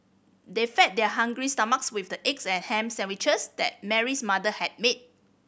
they fed their hungry stomachs with the eggs and ham sandwiches that Mary's mother had made